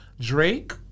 Drake